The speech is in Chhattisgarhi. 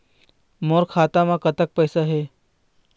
मोर खाता मे कतक पैसा हे?